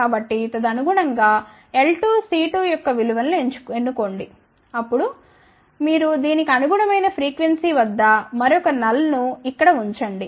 కాబట్టి తదనుగుణం గాL2 C2యొక్క విలువ ను ఎన్నుకోండి అప్పుడు మీరు దీనికి అనుగుణమైన ఫ్రీక్వెన్సీ వద్ద మరొక శూన్యత ను ఇక్కడ ఉంచండి